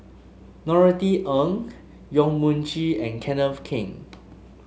Norothy Ng Yong Mun Chee and Kenneth Keng